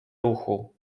ruchu